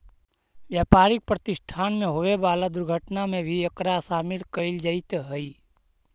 व्यापारिक प्रतिष्ठान में होवे वाला दुर्घटना में भी एकरा शामिल कईल जईत हई